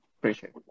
Appreciate